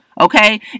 Okay